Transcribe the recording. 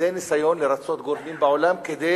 זה